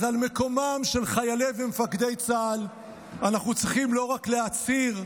אז על מקומם של חיילי ומפקדי צה"ל אנחנו צריכים לא רק להצהיר,